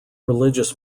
religious